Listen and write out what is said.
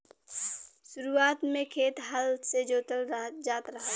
शुरुआत में खेत हल से जोतल जात रहल